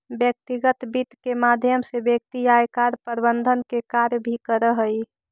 व्यक्तिगत वित्त के माध्यम से व्यक्ति आयकर प्रबंधन के कार्य भी करऽ हइ